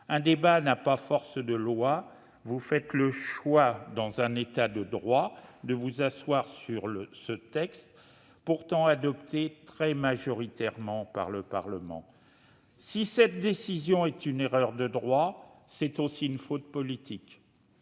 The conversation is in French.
Un débat n'a pas force de loi ; vous faites donc le choix, dans un État de droit, de vous asseoir sur un texte pourtant adopté à une très large majorité par le Parlement. Si cette décision est une erreur de droit, elle est aussi une faute politique.